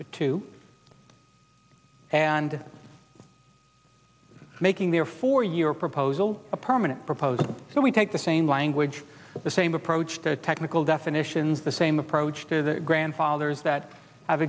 to two and making their four year proposal a permanent proposal so we take the same language the same approach the technical definitions the same approach to the grandfathers that have